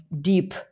deep